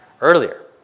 earlier